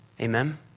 Amen